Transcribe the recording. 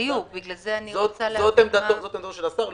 זו עמדתו של השר.